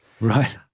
Right